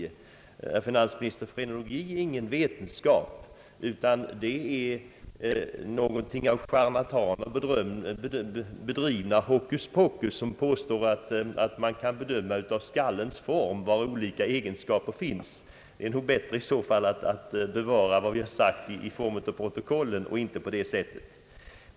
Herr finansminister, frenologi är ingen vetenskap, utan det är ett slags hokus pokus, bedrivet av charlataner, som påstår att man av skallens form kan bedöma vilka olika egenskaper en människa har. Det är nog bättre att bevara vad vi har sagt i form av protokoll.